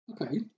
Okay